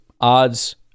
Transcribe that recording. odds